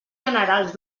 generals